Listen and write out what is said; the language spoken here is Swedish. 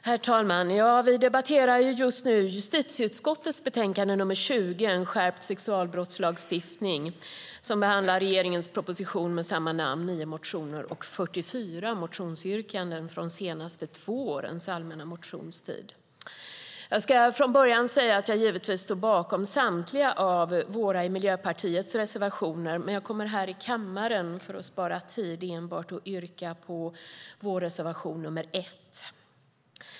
Herr talman! Vi debatterar just nu justitieutskottets betänkande nr 20, En skärpt sexualbrottslagstiftning , som behandlar regeringens proposition med samma namn och nio motioner och 44 motionsyrkanden från de senaste två årens allmänna motionstid. Jag ska från början säga att jag givetvis står bakom samtliga av Miljöpartiets reservationer, men jag kommer här i kammaren för att spara tid enbart att yrka på vår reservation nr 1.